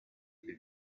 biri